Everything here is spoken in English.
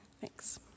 Thanks